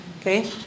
Okay